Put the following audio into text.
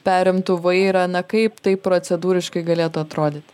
perimtų vairą na kaip taip procedūriškai galėtų atrodyti